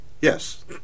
Yes